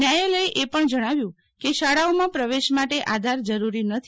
ન્યાયાલયે એ પણ જજ્ઞાવ્યું કે શાળાઓમાં પ્રવેશ માટે આધાર જરૂરી નથી